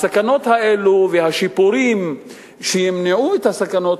הסכנות האלה והשיפורים שימנעו את הסכנות